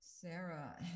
Sarah